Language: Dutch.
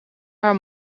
haar